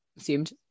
assumed